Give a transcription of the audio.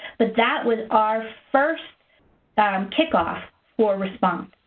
but that was our first so um kickoff for response.